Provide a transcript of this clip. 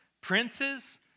princes